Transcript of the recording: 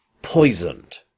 poisoned